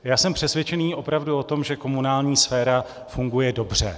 Já jsem přesvědčen opravdu o tom, že komunální sféra funguje dobře.